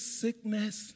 sickness